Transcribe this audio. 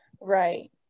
right